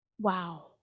Wow